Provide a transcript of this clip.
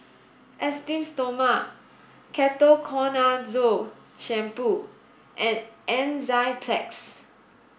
Esteem Stoma Ketoconazole shampoo and Enzyplex